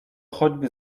choćby